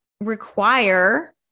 require